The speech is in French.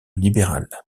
libéral